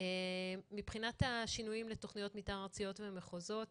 מבחינת השינויים לתכניות מתאר ארציות ומחוזיות